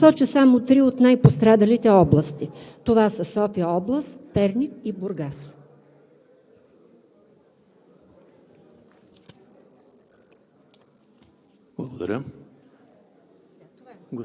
за превенция на бедствията? Ще посоча само три от най-пострадалите области: София-област, Перник и Бургас.